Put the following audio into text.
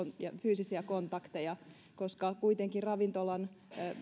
ja fyysisiä kontakteja koska kuitenkin ravintolan